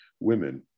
women